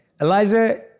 Eliza